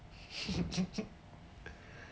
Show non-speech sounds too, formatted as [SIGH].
[LAUGHS]